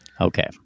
Okay